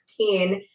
2016